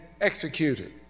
executed